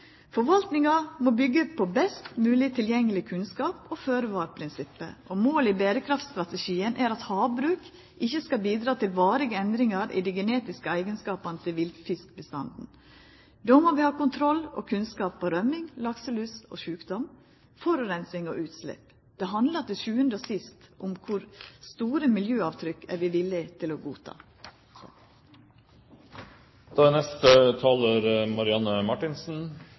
Forvaltninga må byggja på best mogleg tilgjengleg kunnskap og føre var-prinsippet, og målet i berekraftstrategien er at havbruk ikkje skal bidra til varige endringar i dei genetiske eigenskapane til villfiskbestanden. Då må vi ha kontroll på og kunnskap om rømming, lakselus og sjukdom, forureining og utslepp. Det handlar til sjuande og sist om kor store miljøavtrykk vi er villige til å